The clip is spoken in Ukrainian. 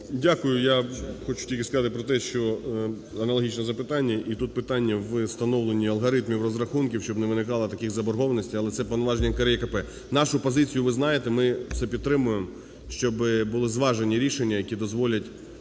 Дякую. Я хочу тільки сказати про те, що аналогічне запитання і тут питання в встановленні алгоритмів розрахунків, щоб не виникало таких заборгованостей, але це повноваження НКРЕКП. Нашу позицію ви знаєте, ми це підтримуємо, щоб були зважені рішення, які дозволять